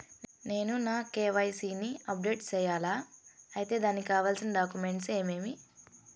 నేను నా కె.వై.సి ని అప్డేట్ సేయాలా? అయితే దానికి కావాల్సిన డాక్యుమెంట్లు ఏమేమీ?